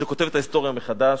שכותב את ההיסטוריה מחדש,